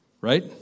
right